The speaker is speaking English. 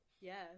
Yes